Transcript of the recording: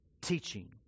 teaching